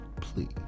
Please